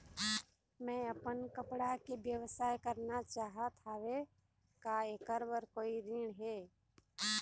मैं अपन कपड़ा के व्यवसाय करना चाहत हावे का ऐकर बर कोई ऋण हे?